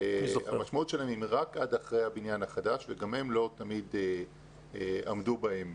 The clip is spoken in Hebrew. המשמעות שלהם תהיה רק אחרי הבניין החדש וגם הם לא תמיד עמדו בהם,